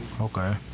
okay